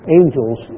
angels